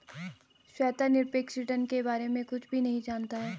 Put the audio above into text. श्वेता निरपेक्ष रिटर्न के बारे में कुछ भी नहीं जनता है